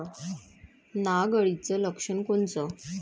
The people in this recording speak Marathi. नाग अळीचं लक्षण कोनचं?